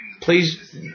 Please